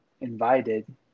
invited